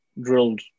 drilled